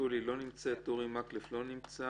שולי לא נמצאת, אורי מקלב לא נמצא.